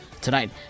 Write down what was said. Tonight